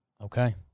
Okay